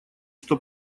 что